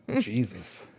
Jesus